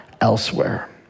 elsewhere